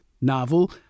novel